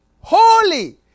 holy